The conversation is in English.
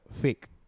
fake